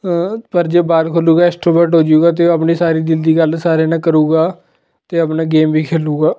ਪਰ ਜੇ ਬਾਹਰ ਖੁਲੂਗਾ ਐਕਸਟਰੋਵਰਟ ਹੋਜੂਗਾ ਅਤੇ ਉਹ ਆਪਣੀ ਸਾਰੀ ਦਿਲ ਦੀ ਗੱਲ ਸਾਰਿਆਂ ਨਾਲ ਕਰੇਗਾ ਅਤੇ ਆਪਣਾ ਗੇਮ ਵੀ ਖੇਲੂਗਾ